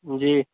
جی